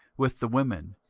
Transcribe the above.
with the women,